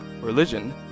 religion